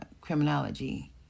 criminology